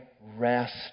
rest